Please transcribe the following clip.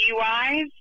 DUIs